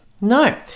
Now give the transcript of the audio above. No